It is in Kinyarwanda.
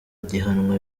gihanwa